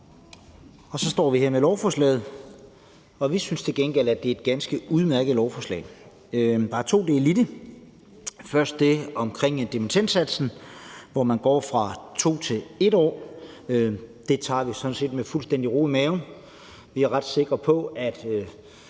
Så står vi her med lovforslaget, og vi synes til gengæld, at det er et ganske udmærket lovforslag. Der er to dele i det. Det er først det omkring dimittendsatsen, hvor man går fra 2 år til 1 år, og det tager vi sådan set med fuldstændig ro i maven. Vi er ret sikre på, at